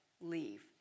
leave